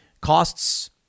costs